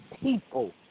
people